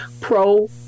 pro